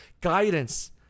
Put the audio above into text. guidance